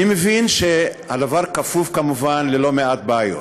אני מבין שהדבר כפוף כמובן ללא מעט בעיות,